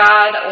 God